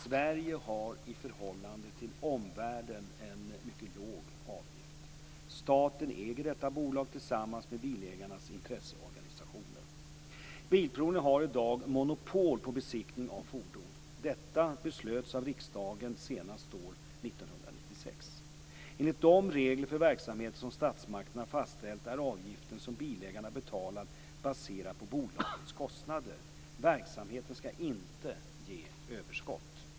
Sverige har i förhållande till omvärlden en mycket låg avgift. Staten äger detta bolag tillsammans med bilägarnas intresseorganisationer. Bilprovningen har i dag monopol på besiktning av fordon. Detta beslöts av riksdagen senast år 1996. Enligt de regler för verksamheten som statsmakterna fastställt är avgiften som bilägarna betalar baserad på bolagets kostnader. Verksamheten skall inte ge överskott.